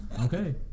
Okay